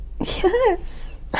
Yes